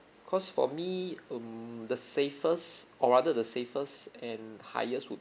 cause for me um the safest or rather the safest and highest would